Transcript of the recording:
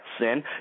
sin